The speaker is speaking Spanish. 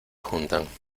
juntan